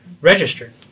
registered